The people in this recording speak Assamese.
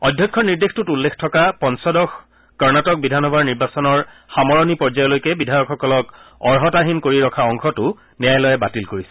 অধ্যক্ষৰ নিৰ্দেশটোত উল্লেখ থকা পঞ্চদশ কৰ্ণাটক বিধানসভাৰ নিৰ্বাচনৰ সামৰণি পৰ্যায়লৈকে বিধায়কসকলক অৰ্হতাহীন কৰি ৰখা অংশটো ন্যয়ালয়ে বাতিল কৰিছে